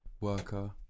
worker